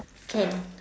can